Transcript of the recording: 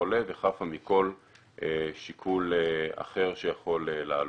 חולה ושהיא חפה מכל שיקול אחר שיכול לעלות.